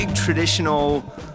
Traditional